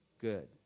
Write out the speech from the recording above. Good